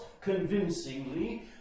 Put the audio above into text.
convincingly